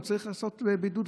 צריך לעשות בידוד,